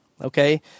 Okay